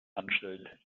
anstellt